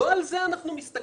לא על זה אנחנו מסתכלים.